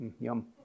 Yum